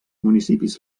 municipis